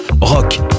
Rock